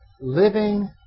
living